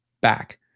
back